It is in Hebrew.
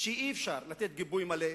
שאי-אפשר לתת לה גיבוי מלא.